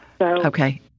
Okay